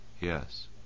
Yes